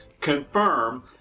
confirm